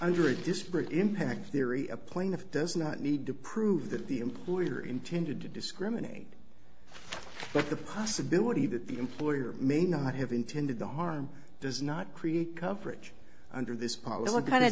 underage disparate impact theory a plane does not need to prove that the employer intended to discriminate but the possibility that the employer may not have intended the harm does not create coverage under this